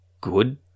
good